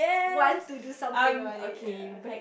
want to do something about it ya